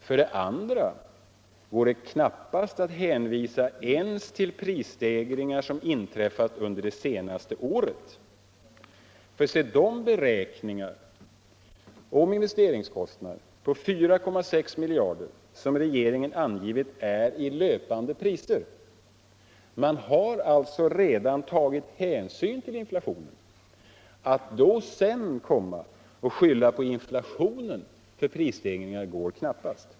För det andra går det knappast att hänvisa ens till prisstegringar som har inträffat under det senaste året, ty den beräknade investeringskostnaden om 4,6 miljarder som regeringen angivit är i löpande priser. Man har alltså redan tagit hänsyn till inflationen. Att därefter komma och skylla prisstegringarna på inflationen går knappast.